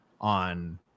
on